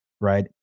right